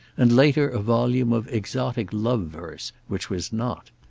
and later a volume of exotic love verse, which was not.